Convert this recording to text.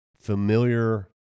familiar